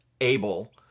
able